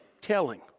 telling